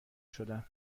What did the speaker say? شدند